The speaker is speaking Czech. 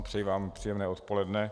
Přeji vám příjemné odpoledne.